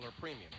premium